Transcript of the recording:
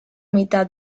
mitad